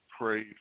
pray